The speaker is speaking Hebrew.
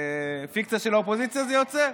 פיקציה של האופוזיציה, זה מה יוצא.